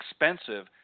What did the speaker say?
expensive